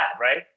right